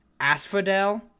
asphodel